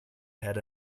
had